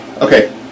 Okay